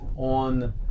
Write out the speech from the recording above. on